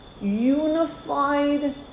unified